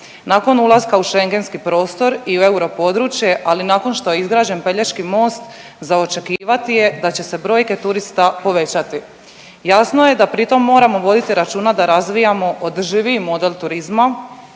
Nakon ulaska u Šengenski prostor i u europodručje, ali i nakon što je izrađen Pelješki most, za očekivati je da će se brojke turista povećali. Jasno je da pritom moramo voditi računa da razvijamo održiviji model turizma